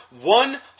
one